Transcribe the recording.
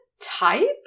type